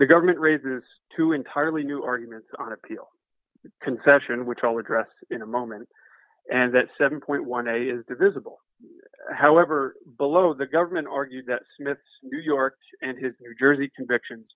the government raises two entirely new arguments on appeal confession which i'll address in a moment and that seven point one a is divisible however below the government argued that smith's new york and jersey convictions